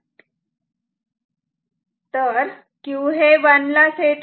तर Q हे 1 ला सेट होते